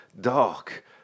dark